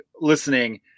listening